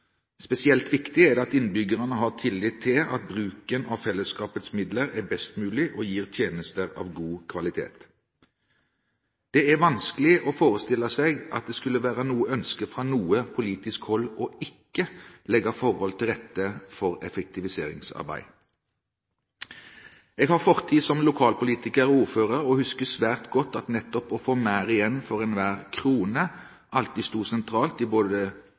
Spesielt viktig er det at innbyggerne har tillit til at bruken av fellesskapets midler er best mulig og gir tjenester av god kvalitet. Det er vanskelig å forestille seg at det skulle være noe ønske fra noe politisk hold ikke å legge forhold til rette for effektiviseringsarbeid. Jeg har fortid som lokalpolitiker og ordfører og husker svært godt at nettopp å få mer igjen for hver krone alltid sto sentralt i både det